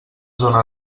zona